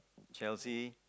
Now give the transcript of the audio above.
Chelsea